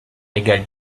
égale